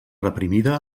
reprimida